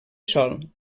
sol